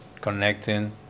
connecting